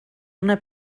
una